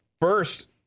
first